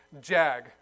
JAG